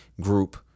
group